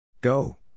Go